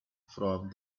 from